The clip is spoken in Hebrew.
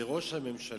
זה ראש הממשלה.